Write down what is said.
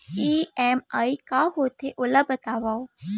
EMI का होथे, ओला बतावव